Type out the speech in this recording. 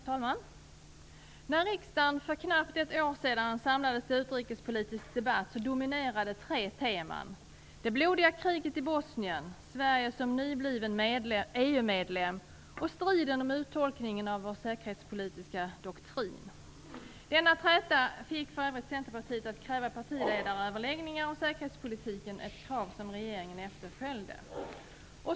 Herr talman! När riksdagen för knappt ett år sedan samlades till utrikespolitisk debatt dominerade tre teman. Det blodiga kriget i Bosnien, Sverige som nybliven EU-medlem och striden om uttolkningen av vår säkerhetspolitiska doktrin. Denna träta fick för övrigt Centerpartiet att kräva partiledaröverläggningar om säkerhetspolitiken - ett krav som regeringen efterföljde.